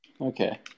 Okay